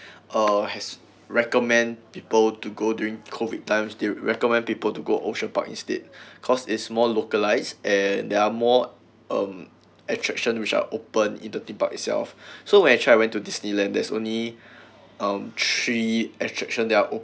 uh has recommend people to go during COVID times they recommend people to go ocean park instead cause it's more localized eh there are more um attraction which are open in the theme park itself so actually when I went to Disneyland there's only um three attraction there